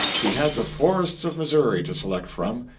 he had the forests of missouri to select from,